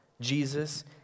Jesus